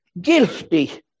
guilty